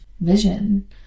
vision